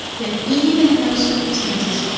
then even in those circumstances,